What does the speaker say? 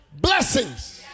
blessings